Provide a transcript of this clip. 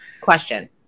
Question